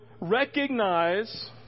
Recognize